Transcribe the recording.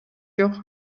жок